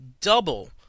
double